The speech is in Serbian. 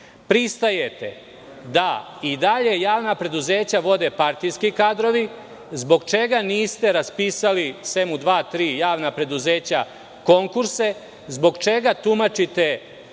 pristajete da i dalje javna preduzeća vode partijski kadrovi? Zbog čega niste raspisali, sem u dva, tri javna preduzeća konkurse? Zbog čega tumačite